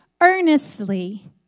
earnestly